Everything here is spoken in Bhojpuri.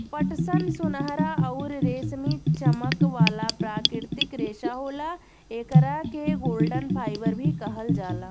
पटसन सुनहरा अउरी रेशमी चमक वाला प्राकृतिक रेशा होला, एकरा के गोल्डन फाइबर भी कहल जाला